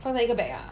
放在一个 bag ah